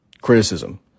criticism